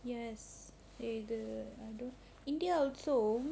yes uh the india also